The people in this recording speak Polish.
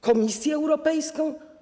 Komisję Europejską?